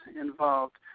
involved